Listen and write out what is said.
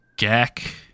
Gak